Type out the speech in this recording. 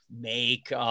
make –